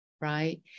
right